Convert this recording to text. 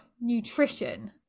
nutrition